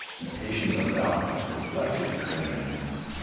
and the patients on the balconies were delightedly craning their necks.